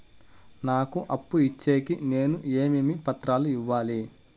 నాకు అప్పు ఇచ్చేకి నేను ఏమేమి పత్రాలు ఇవ్వాలి